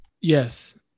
Yes